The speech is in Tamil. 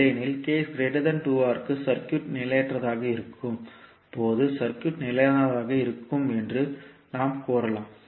இல்லையெனில் க்கு சர்க்யூட் நிலையற்றதாக இருக்கும் போது சர்க்யூட் நிலையானதாக இருக்கும் என்று நாம் கூறலாம்